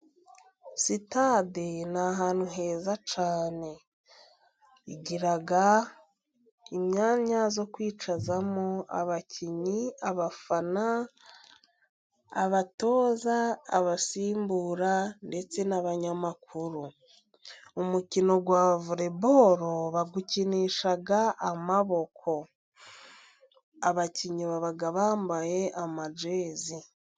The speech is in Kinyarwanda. Sitade ni ahantu heza cyane, igira imyanya yo kwicazamo abakinnyi, abafana, abatoza, abasimbura ndetse n'abanyamakuru. Umukino wa Voreboro bawukinisha amaboko, abakinnyi baba bambaye amajezi.